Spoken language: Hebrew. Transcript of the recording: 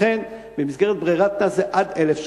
לכן, במסגרת הברירה, זה עד 1,000 שקלים.